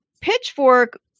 pitchfork